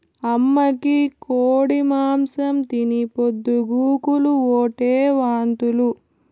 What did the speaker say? అమ్మకి కోడి మాంసం తిని పొద్దు గూకులు ఓటే వాంతులు